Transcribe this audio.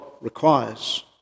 requires